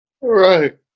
Right